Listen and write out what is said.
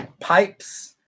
pipes